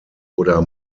oder